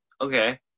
okay